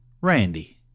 Randy